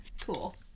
Cool